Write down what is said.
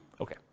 Okay